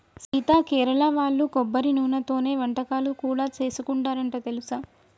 సీత కేరళ వాళ్ళు కొబ్బరి నూనెతోనే వంటకాలను కూడా సేసుకుంటారంట తెలుసా